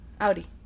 Audi